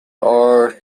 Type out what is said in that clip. are